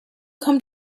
come